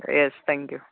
yes thank you